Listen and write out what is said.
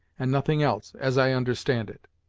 and nothing else, as i understand it.